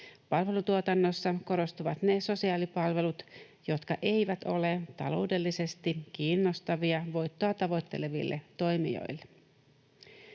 Palvelutuotannossa korostuvat ne sosiaalipalvelut, jotka eivät ole taloudellisesti kiinnostavia voittoa tavoitteleville toimijoille.